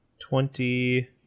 twenty